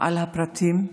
על הפרטים,